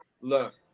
Look